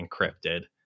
encrypted